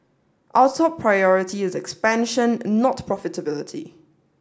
our top priority is expansion not profitability